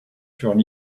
furent